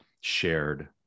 shared